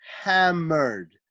hammered